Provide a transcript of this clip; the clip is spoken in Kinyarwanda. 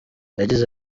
yagize